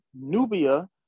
Nubia